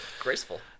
Graceful